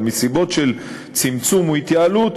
אבל מסיבות של צמצום או התייעלות